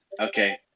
Okay